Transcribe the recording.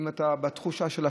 אם קמת בתחושת שליחות,